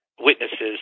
witnesses